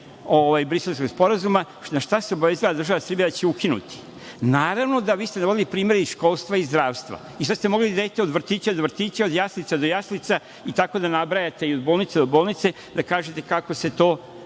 Briselskog sporazuma na šta se obavezala država Srbija da će ukinuti. Naravno, vi ste navodili primere iz školstva i iz zdravstva i šta ste mogli da radite od vrtića do vrtića, od jaslica do jaslica i tako da nabrajate od bolnice do bolnice, da kažete kako se to